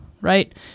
right